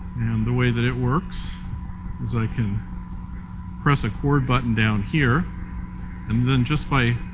and the way that it works is i can press a cord button down here and then just by